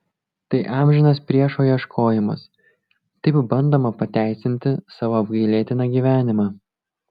tai amžinas priešo ieškojimas taip bandoma pateisinti savo apgailėtiną gyvenimą